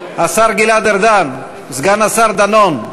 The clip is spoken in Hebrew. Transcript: השר גלעד ארדן, סגן השר דנון,